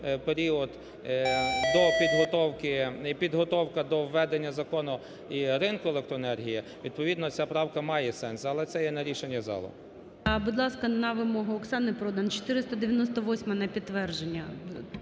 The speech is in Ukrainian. період до підготовки, підготовка до введення закону і ринку електроенергії, відповідно ця правка має сенс, але це є на рішення залу. ГОЛОВУЮЧИЙ. Будь ласка, на вимогу Оксани Продан 498-а на підтвердження.